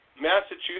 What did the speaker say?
Massachusetts